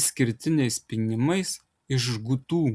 išskirtiniais pynimais iš žgutų